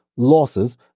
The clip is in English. losses